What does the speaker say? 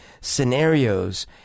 scenarios